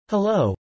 Hello